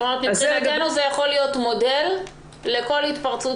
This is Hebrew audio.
כלומר מבחינתנו זה יכול להיות מודל לכל התפרצות